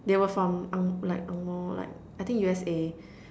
they were from Ang~ like angmoh like I think U_S_A